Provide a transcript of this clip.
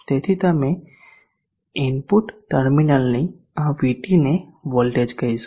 તેથી અમે ઇનપુટ ટર્મિનલની આ VTને વોલ્ટેજ કહીશું